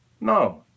no